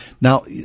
Now –